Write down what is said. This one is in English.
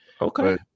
Okay